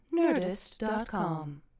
nerdist.com